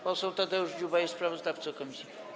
Poseł Tadeusz Dziuba jest sprawozdawcą komisji.